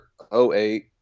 08